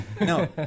no